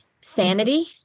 sanity